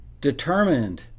Determined